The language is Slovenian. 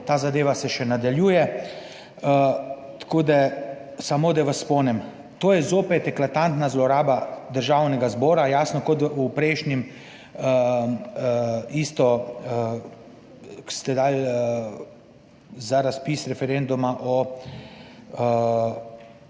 Ta zadeva se še nadaljuje, tako da samo, da vas spomnim, to je zopet eklatantna zloraba Državnega zbora jasno, kot v prejšnjem isto, ko ste dali za razpis referenduma o